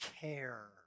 care